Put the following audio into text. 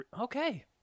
Okay